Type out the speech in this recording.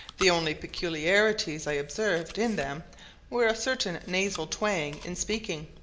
the only peculiarities i observed in them were a certain nasal twang in speaking,